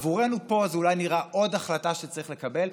עבורנו פה זה אולי נראה כמו עוד החלטה שצריך לקבל,